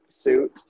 suit